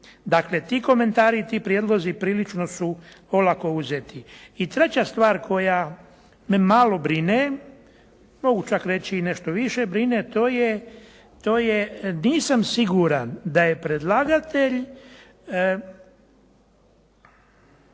Dakle ti komentirati i ti prijedlozi prilično su olako uzeti. I treća stvar koja me malo brine, mogu čak reći i nešto više brine, a to je nisam siguran da je predlagatelj